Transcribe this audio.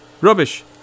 Rubbish